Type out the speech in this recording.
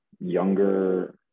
younger